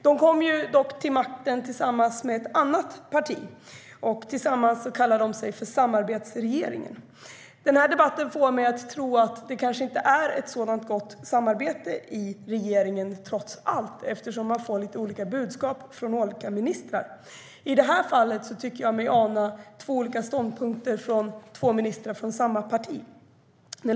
De kom till makten tillsammans med ett annat parti och kallar sig för samarbetsregering. Den här debatten får mig att tro att det kanske inte är ett sådant gott samarbete i regeringen, trots allt, eftersom man får lite olika budskap från olika ministrar. I det här fallet tycker jag mig ana två olika ståndpunkter från två ministrar från samma parti.